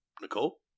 Nicole